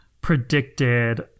predicted